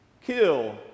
kill